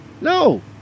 No